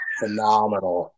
phenomenal